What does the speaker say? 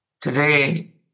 Today